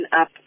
up